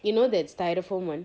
you know that styrofoam one